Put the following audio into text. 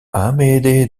amédée